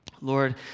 Lord